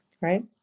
right